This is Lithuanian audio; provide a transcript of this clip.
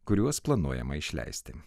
kuriuos planuojama išleisti